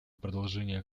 продолжение